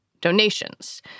Donations